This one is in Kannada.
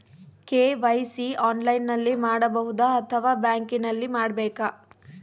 ಕೆ.ವೈ.ಸಿ ಆನ್ಲೈನಲ್ಲಿ ಮಾಡಬಹುದಾ ಅಥವಾ ಬ್ಯಾಂಕಿನಲ್ಲಿ ಮಾಡ್ಬೇಕಾ?